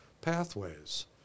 pathways